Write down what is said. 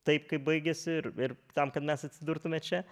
taip kaip baigėsi ir tam kad mes atsidurtume čia